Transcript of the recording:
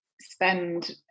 spend